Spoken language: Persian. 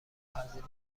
هزینه